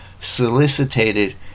solicited